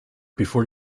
before